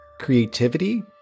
creativity